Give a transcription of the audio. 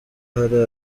hari